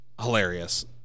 hilarious